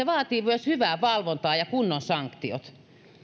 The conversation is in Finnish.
vaatii myös hyvää valvontaa ja kunnon sanktiot